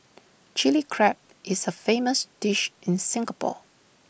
Chilli Crab is A famous dish in Singapore